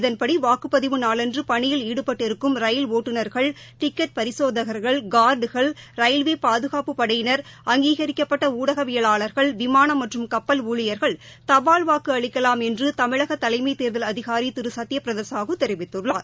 இதன்படி வாக்குப்பதிவு நாளன்று பணியில் ஈடுபட்டிருக்கும் ரயில் ஓட்டுநா்கள் டிக்கெட் பரிசோதகா்கள் கா்டுகள் ரயில்வே பாதுகாப்புப் படையினா் அங்கீகிக்கப்பட்ட ஊடகவியலாளர்கள் விமானம் மற்றும் கப்பல் ஊழியா்கள் தபால் வாக்கு அளிக்கலாம் என்று தமிழக தலைமை தேர்தல் அதிகாரி திரு சத்ய பிரதா சாஹூ தெரிவித்துள்ளார்